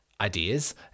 ideas